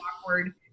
awkward